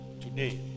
today